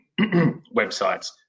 websites